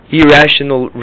irrational